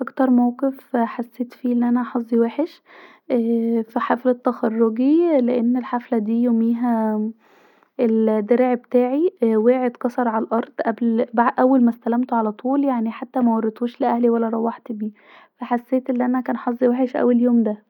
اكتر موقف حسيت فيه ألي انا حظي وحش ااا في حفله تخرجي لاقيت أن الحفله ديه يوميها أن الدرع بتاعي وقع اتكسر الأرض بعد اول ما استلمته علي طول يعني حتي مورتوش لاهلي ولا روحت بيه ف حسيت أن انا كان حظي وحش اوي اليوم ده